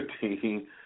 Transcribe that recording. team